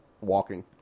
walking